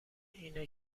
اینه